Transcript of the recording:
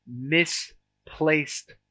misplaced